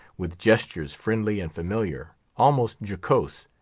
with gestures friendly and familiar, almost jocose,